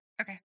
okay